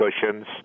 cushions